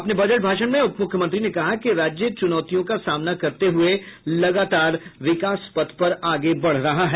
अपने बजट भाषण में उप मुख्यमंत्री ने कहा कि राज्य चुनौतियों का सामना करते हुए लगातार विकास पथ पर आगे बढ़ रहा है